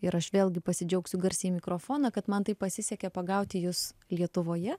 ir aš vėlgi pasidžiaugsiu garsiai mikrofoną kad man taip pasisekė pagauti jus lietuvoje